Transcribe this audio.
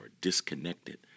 disconnected